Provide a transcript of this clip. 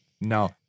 No